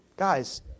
Guys